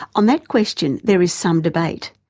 on that question there is some debate.